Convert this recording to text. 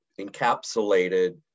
encapsulated